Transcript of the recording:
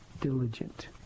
diligent